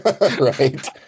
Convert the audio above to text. Right